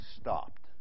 stopped